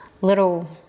little